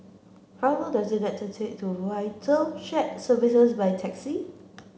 how long does it take to get to VITAL Shared Services by taxi